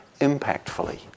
impactfully